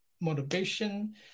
motivation